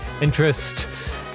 interest